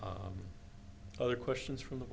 other questions from the